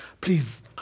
Please